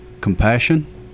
compassion